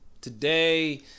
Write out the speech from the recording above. today